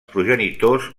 progenitors